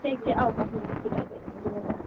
ठीक छै आउ तऽ हमर हॉस्पिटल पर एक दिन दुनू गोटा